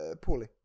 poorly